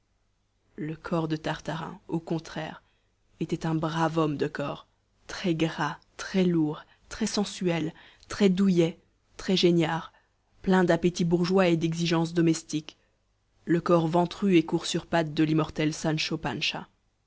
le corps de tartarin au contraire était un brave homme de corps très gras très lourd très sensuel très douillet très geignard plein d'appétits bourgeois et d'exigences domestiques le corps ventru et court sur pattes de l'immortel